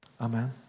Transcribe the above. Amen